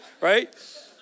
right